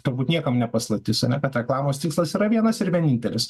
turbūt niekam ne paslaptis ane kad reklamos tikslas yra vienas ir vienintelis